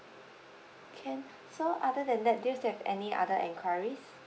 can so other than that do you still have any other enquiries